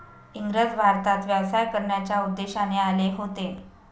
इंग्रज भारतात व्यवसाय करण्याच्या उद्देशाने आले होते